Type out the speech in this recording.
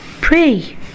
pray